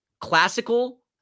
Classical